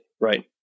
right